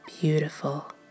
Beautiful